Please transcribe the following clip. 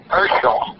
Herschel